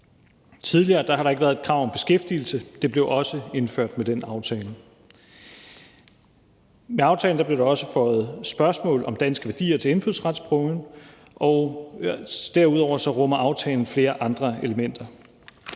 Tidligere har der ikke været et krav om beskæftigelse, og det blev også indført med den aftale. I aftalen blev der også føjet spørgsmål om danske værdier til indfødsretsprøven, og derudover rummer aftalen flere andre elementer.